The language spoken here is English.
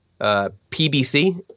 PBC